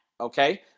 Okay